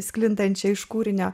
sklindančią iš kūrinio